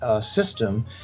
system